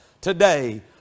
today